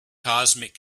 cosmic